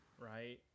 right